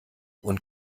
und